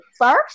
first